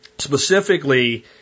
Specifically